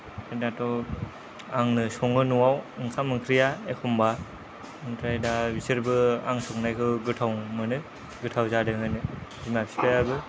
ओमफ्राय दाथ' आंनो सङो न'आव ओंखाम ओंख्रिया एखमब्ला ओमफ्राय दा बिसोरबो आं संनायखौ गोथाव मोनो गोथाव जादों होनो बिमा बिफायाबो